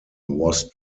was